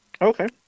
Okay